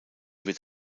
wird